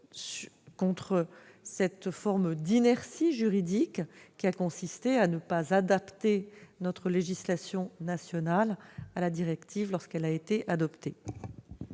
contre cette forme d'inertie juridique consistant à ne pas adapter notre législation nationale à la directive lorsqu'elle a été adoptée.